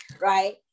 right